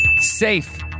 Safe